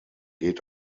geht